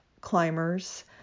climbers